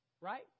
Right